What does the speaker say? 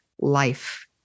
life